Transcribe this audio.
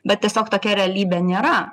bet tiesiog tokia realybė nėra